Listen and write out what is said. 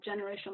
generational